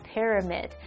Pyramid